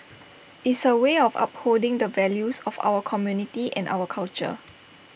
is A way of upholding the values of our community and our culture